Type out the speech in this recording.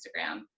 Instagram